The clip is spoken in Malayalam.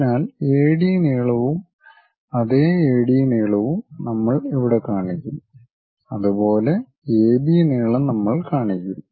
അതിനാൽ എ ഡീ നീളവും അതേ എ ഡീ നീളവും നമ്മൾ ഇവിടെ കാണിക്കും അതുപോലെ എബി നീളം നമ്മൾ കാണിക്കും